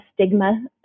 stigma